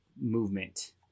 movement